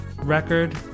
Record